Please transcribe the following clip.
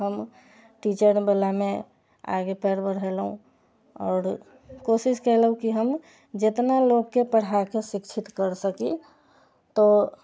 हम टीचरवला मे आगे पयर बढ़ेलहुँ आओर कोशिश कयलहुँ की हम जेतना लोकके पढ़ाके शिक्षित कर सकी तऽ